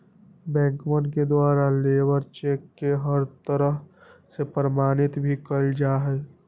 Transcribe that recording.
बैंकवन के द्वारा लेबर चेक के हर तरह से प्रमाणित भी कइल जा हई